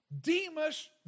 Demas